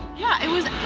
yeah, it was